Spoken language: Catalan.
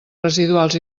residuals